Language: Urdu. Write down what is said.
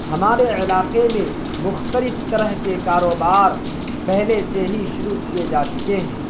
ہمارے علاقے میں مختلف طرح کے کاروبار پہلے سے ہی شروع کیے جا چکے ہیں